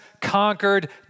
conquered